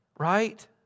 Right